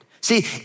See